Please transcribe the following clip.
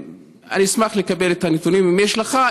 אני אשמח לקבל את הנתונים, אם יש לך.